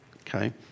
okay